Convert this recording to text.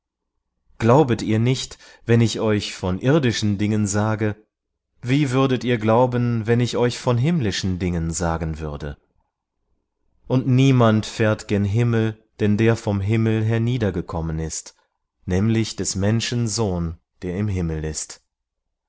glaubet ihr nicht wenn ich euch von irdischen dingen sage wie würdet ihr glauben wenn ich euch von himmlischen dingen sagen würde und niemand fährt gen himmel denn der vom himmel herniedergekommen ist nämlich des menschen sohn der im himmel ist